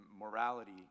morality